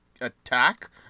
attack